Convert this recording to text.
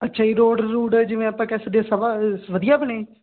ਅੱਛਾ ਜੀ ਰੋਡ ਰੁਡ ਜਿਵੇਂ ਆਪਾਂ ਕਹਿ ਸਕਦੇ ਸਭਾ ਅ ਵਧੀਆ ਬਣੇ